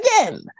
Again